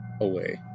away